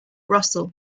russell